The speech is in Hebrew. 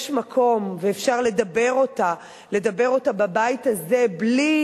יש מקום ואפשר לדבר אותה, לדבר אותה בבית הזה בלי